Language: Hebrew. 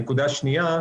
נקודה שנייה,